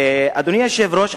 אדוני היושב-ראש,